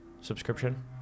subscription